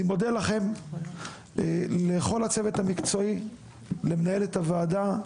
אני מודה לכם, לכל הצוות המקצועי, למנהלת הוועדה,